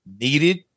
needed